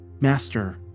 Master